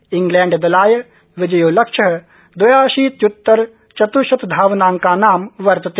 England दलाय विजयो लक्ष द्रयाशीत्युत्तर चतुश्शतधावनांकानां वर्तते